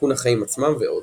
לסיכון החיים עצמם ועוד.